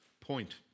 point